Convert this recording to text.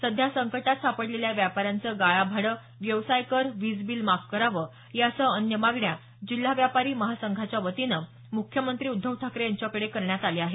सध्या संकटात सापडलेल्या या व्यापाऱ्यांचं गाळाभाडं व्यवसाय कर वीज बिल माफ करावं यासह अन्य मागण्या जिल्हा व्यापारी महासंघाच्यावतीनं मुख्यमंत्री उद्धव ठाकरे यांच्याकडे करण्यात आल्या आहेत